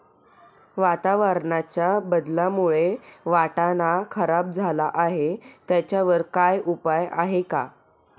वातावरणाच्या बदलामुळे वाटाणा खराब झाला आहे त्याच्यावर काय उपाय आहे का?